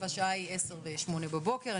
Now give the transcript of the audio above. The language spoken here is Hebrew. השעה היא 10:08 בבוקר.